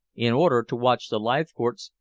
in order to watch the leithcourts,